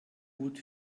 gut